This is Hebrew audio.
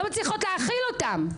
לא מצליחות להאכיל אותם.